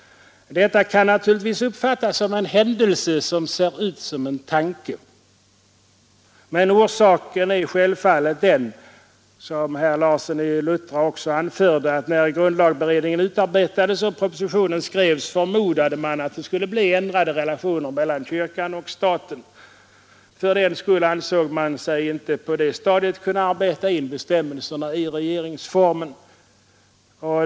Detta kan naturligtvis uppfattas som en händelse som ser ut som en tanke. Men orsaken är självfallet den — som herr Larsson i Luttra också anförde — att när grundlagberedningen utarbetades och propositionen skrevs förmodade man att det skulle bli ändrade relationer mellan kyrkan och staten. Fördenskull ansåg man sig inte på det stadiet kunna arbeta in bestämmelserna i regeringsformen.